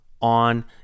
on